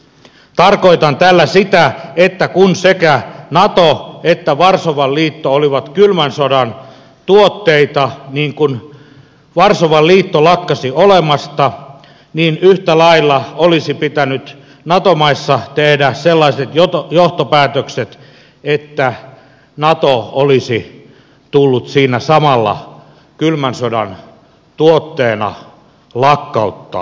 tarkoitan tällä sitä että kun sekä nato että varsovan liitto olivat kylmän sodan tuotteita niin kun varsovan liitto lakkasi olemasta yhtä lailla olisi pitänyt nato maissa tehdä sellaiset johtopäätökset että nato olisi tullut siinä samalla kylmän sodan tuotteena lakkauttaa